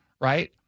right